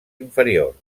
inferiors